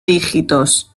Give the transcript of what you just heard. dígitos